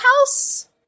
house